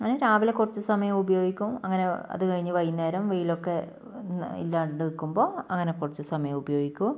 അങ്ങനെ രാവിലെ കുറച്ച് സമയം ഉപയോഗിക്കും അങ്ങനെ അത് കഴിഞ്ഞ് വൈകുന്നേരം വെയിലൊക്കെ ഇല്ലാണ്ട് നിൽക്കുമ്പോൾ അങ്ങനെ കുറച്ച് സമയം ഉപയോഗിക്കും